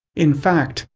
in fact,